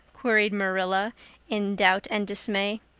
queried marilla in doubt and dismay.